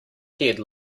head